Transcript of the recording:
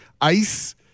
ice